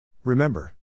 Remember